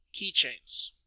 keychains